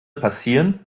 passieren